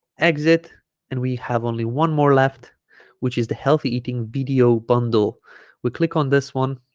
exit and we have only one more left which is the healthy eating video bundle we click on this one